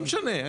לא משנה.